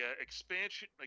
expansion